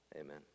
amen